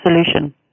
solution